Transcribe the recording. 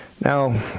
Now